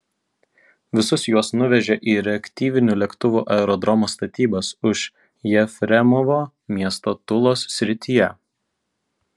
visus juos nuvežė į reaktyvinių lėktuvų aerodromo statybas už jefremovo miesto tulos srityje